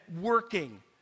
working